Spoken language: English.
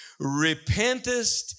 repentest